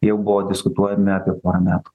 jau buvo diskutuojami apie porą metų